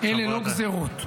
אלה לא גזרות.